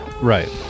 Right